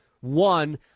one